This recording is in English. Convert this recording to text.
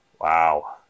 wow